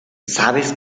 sabes